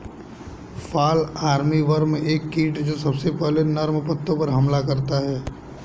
fall armyworm एक कीट जो सबसे पहले नर्म पत्तों पर हमला करता है